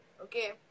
okay